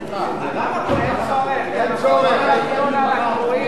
אדוני היושב-ראש, אני רוצה לשאול שאלה, ברשותך.